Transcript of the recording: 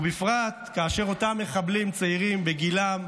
ובפרט כאשר אותם מחבלים צעירים בגילם,